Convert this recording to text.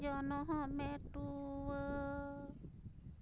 ᱡᱚᱱᱚᱢᱮ ᱴᱩᱣᱟᱹᱨ